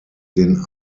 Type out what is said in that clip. den